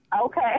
Okay